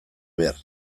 behar